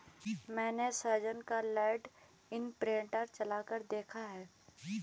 मैने साजन का land imprinter चलाकर देखा है